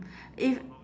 if